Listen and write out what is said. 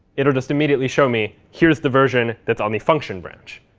it will just immediately show me, here's the version that's on the function branch.